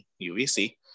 UVC